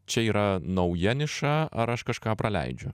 čia yra nauja niša ar aš kažką praleidžiu